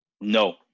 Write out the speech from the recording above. No